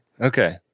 Okay